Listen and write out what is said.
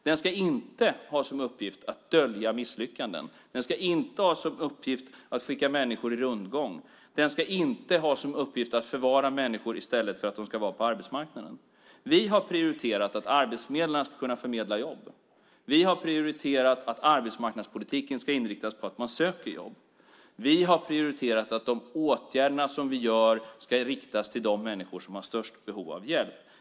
Den ska inte ha som uppgift att dölja misslyckanden. Den ska inte ha som uppgift att skicka människor i rundgång. Den ska inte ha som uppgift att förvara människor i stället för att de ska vara på arbetsmarknaden. Vi har prioriterat att arbetsförmedlarna ska kunna förmedla jobb. Vi har prioriterat att arbetsmarknadspolitiken ska inriktas på att man söker jobb. Vi har prioriterat att de åtgärder som vi gör ska riktas till de människor som har störst behov av hjälp.